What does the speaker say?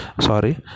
Sorry